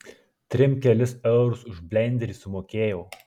trim kelis eurus už blenderį sumokėjau